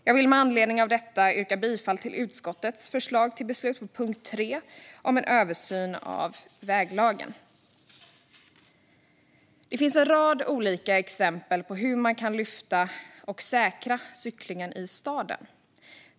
Jag vill med anledning av detta yrka bifall till utskottets förslag till beslut under punkt 3 om en översyn av väglagen. Det finns en rad olika exempel på hur man kan lyfta och säkra cyklingen i staden.